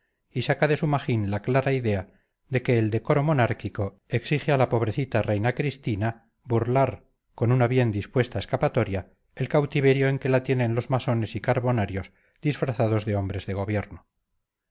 y saca de su magín la clara idea de que el decoro monárquico exige a la pobrecita reina cristina burlar con una bien dispuesta escapatoria el cautiverio en que la tienen los masones y carbonarios disfrazados de hombres de gobierno